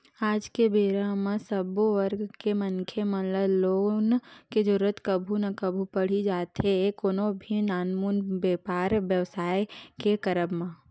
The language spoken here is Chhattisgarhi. आज के बेरा म सब्बो वर्ग के मनखे मन ल लोन के जरुरत कभू ना कभू पड़ ही जाथे कोनो भी नानमुन बेपार बेवसाय के करब म